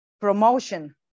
promotion